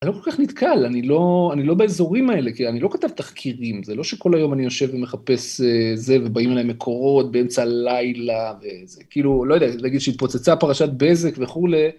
אני לא כל כך נתקל, אני לא באזורים האלה, כי אני לא כתב תחקירים, זה לא שכל היום אני יושב ומחפש זה, ובאים אליי מקורות באמצע לילה, וזה כאילו, לא יודע, להגיד שהתפוצצה פרשת בזק וכולי.